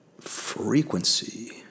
frequency